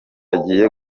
agiye